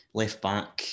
left-back